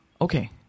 Okay